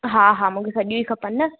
हा हा मूंखे सॼी खपनि न